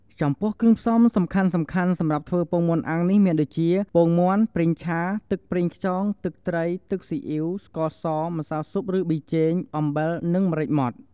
ចំពោះគ្រឿងផ្សំសំខាន់ៗសម្រាប់ធ្វើពងមាន់អាំងនេះមានដូចជា ពងមាន់ ប្រេងឆា ទឹកប្រេងខ្យង ទឹកត្រី ទឹកស៊ីអ៉ីវ ស្ករស ម្សៅស៊ុបឬប៊ីចេង អំបិលនិងម្រេចម៉ដ្ឋ ។